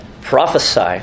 Prophesy